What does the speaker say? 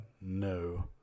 No